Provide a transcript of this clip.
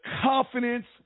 confidence